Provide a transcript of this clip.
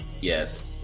Yes